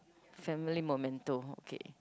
family momento okay